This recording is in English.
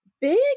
big